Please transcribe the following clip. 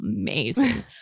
amazing